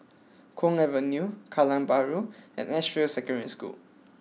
Kwong Avenue Kallang Bahru and Edgefield Secondary School